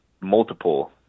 multiple